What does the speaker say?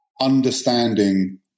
understanding